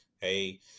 Hey